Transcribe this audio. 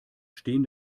stehen